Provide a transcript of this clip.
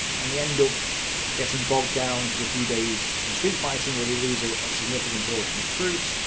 and they end up getting bogged down for a few days in street fighting where they lose a significant portion of troops.